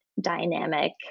dynamic